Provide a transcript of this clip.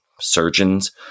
surgeons